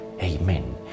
Amen